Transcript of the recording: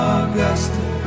Augusta